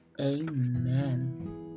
Amen